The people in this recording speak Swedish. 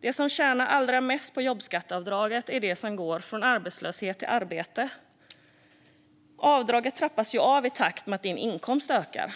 De som tjänar allra mest på jobbskatteavdraget är de som går från arbetslöshet till arbete. Avdraget trappas av i takt med att inkomsten ökar.